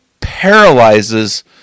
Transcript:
Paralyzes